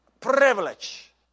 privilege